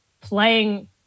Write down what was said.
playing